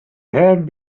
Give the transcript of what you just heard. had